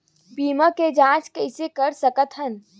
बीमा के जांच कइसे कर सकत हन?